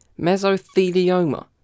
Mesothelioma